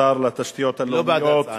השר לתשתיות לאומיות,